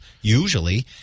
usually